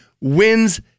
wins